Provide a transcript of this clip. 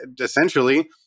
essentially